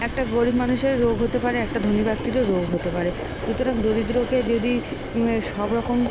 একটা গরিব মানুষের রোগ হতে পারে একটা ধনী ব্যক্তিরও রোগ হতে পারে সুতরাং দরিদ্রকে যদি সব রকম